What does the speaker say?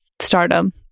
stardom